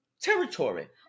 territory